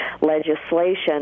legislation